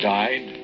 died